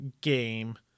game